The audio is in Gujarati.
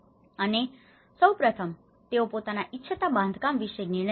અને સૌપ્રથમ તેઓ પોતાના ઇચ્છતા બાંધકામ વિશે નિર્ણયો લે છે